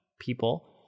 people